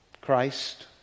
Christ